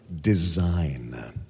design